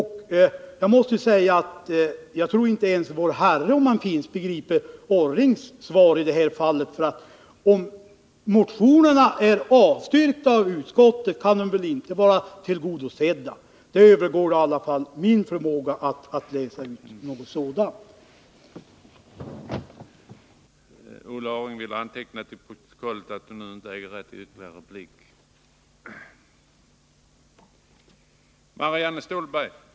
Jag måste säga att jag tror att inte ens vår Herre, om han finns, begriper fru Orrings svar, ty om motionerna har avstyrkts av utskottet kan väl inte motionskraven vara tillgodosedda. Det övergår i alla fall min förmåga att göra en sådan tolkning.